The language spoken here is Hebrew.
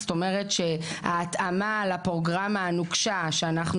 זאת אומרת שההתאמה על הפרוגרמה הנוקשה שאנחנו